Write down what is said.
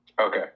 Okay